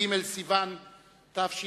ג' בסיוון התשס"ט,